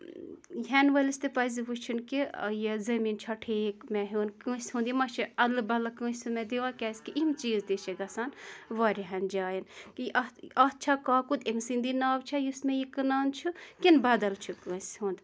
ہیٚنہٕ وٲلِس تہِ پَزِ وُچھُن کہِ یہِ زٔمیٖن چھا ٹھیٖک مےٚ ہیٚون کٲنٛسہِ ہُنٛد یہِ ما چھُ اَدلہٕ بَدلہٕ کٲنٛسہِ ہُنٛد مےٚ دِوان کیٛازِ کہِ یِم چیٖز تہِ چھِ گژھان واریاہن جاین کہِ اَتھ اَتھ چھا کاکُد أمۍ سٕنٛدی ناوٕ چھا یہِ یُس مےٚ یہِ کٕنان چھُ کِنہٕ بدل چھُ کٲنٛسہِ ہُنٛد